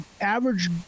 average